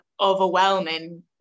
overwhelming